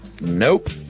Nope